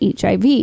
HIV